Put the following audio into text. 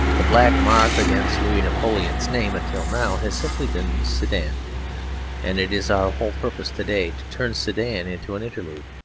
the black mark against louis napoleon's name until now, has simply been sedan and it is our whole purpose to-day to turn sedan into an interlude.